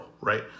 right